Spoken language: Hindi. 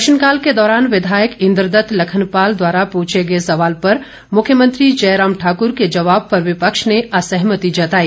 प्रश्नकाल के दौरान विधायक इंद्रदत्त लखनपाल द्वारा पूछे गए सवाल पर मुख्यमंत्री जयराम ठाकूर के जवाब पर विपक्ष ने असहमति जताई